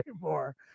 more